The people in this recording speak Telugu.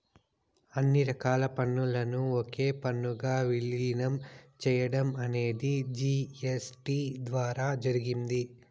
అన్ని రకాల పన్నులను ఒకే పన్నుగా విలీనం చేయడం అనేది జీ.ఎస్.టీ ద్వారా జరిగింది